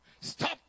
stop